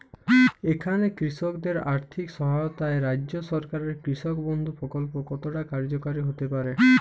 এখানে কৃষকদের আর্থিক সহায়তায় রাজ্য সরকারের কৃষক বন্ধু প্রক্ল্প কতটা কার্যকরী হতে পারে?